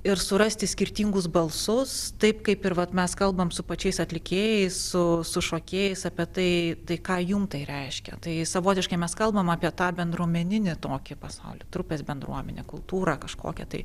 ir surasti skirtingus balsus taip kaip ir vat mes kalbam su pačiais atlikėjais su su šokėjais apie tai tai ką jum tai reiškia tai savotiškai mes kalbam apie tą bendruomeninį tokį pasaulį trupės bendruomenę kultūrą kažkokią tai